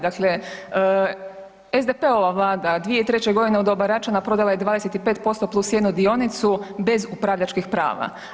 Dakle, SDP-ova vlada 2003. godine u doba Račana prodala je 25% plus 1 dionicu bez upravljačkih prava.